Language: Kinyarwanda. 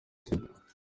sita